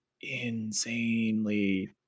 insanely